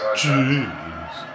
jeez